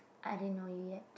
I didn't know you yet